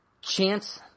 Chance